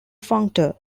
functor